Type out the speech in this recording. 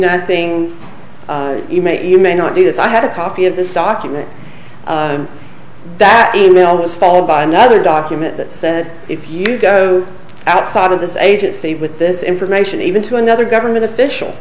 nothing e mail you may not do this i had a copy of this document that e mail was followed by another document that said if you go outside of this agency with this information even to another government official